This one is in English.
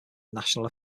national